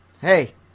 hey